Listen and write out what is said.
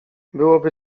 byłoby